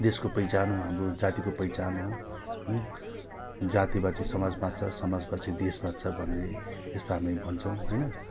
देशको पहिचान हो हाम्रो जातिको पहिचान हो जाति बाँचे समाज बाँच्छ समाज बाँचे देश बाँच्छ भन्ने त्यस्तो हामी भन्छौँ होइन